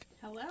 Hello